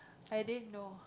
i didn't know